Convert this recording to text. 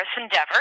Endeavor